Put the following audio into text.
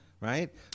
right